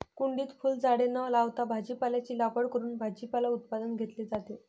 कुंडीत फुलझाडे न लावता भाजीपाल्याची लागवड करून भाजीपाला उत्पादन घेतले जाते